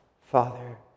Father